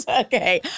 Okay